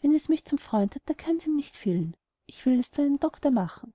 wenn es mich zum freund hat da kanns ihm nicht fehlen ich will es zu einem doctor machen